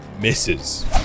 misses